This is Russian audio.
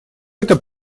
это